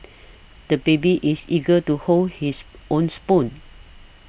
the baby is eager to hold his own spoon